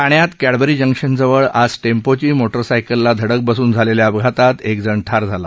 ठाण्यात काइबरी जंक्शनजवळ आज टेम्पोची मोटारसायकलला धडक बसून झालेल्या अपघातात एकजण ठार झाला